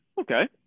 Okay